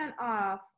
off